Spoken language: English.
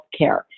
healthcare